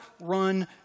run